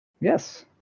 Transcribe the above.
Yes